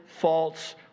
false